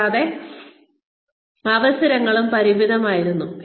കൂടാതെ അവസരങ്ങളും പരിമിതമായിരുന്നു